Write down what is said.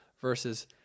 versus